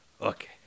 Okay